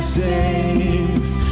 saved